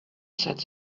said